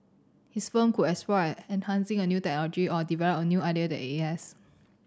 his firm could enhancing a new technology or develop a new idea that it